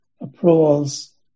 approvals